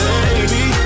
Baby